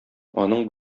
аның